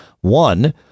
One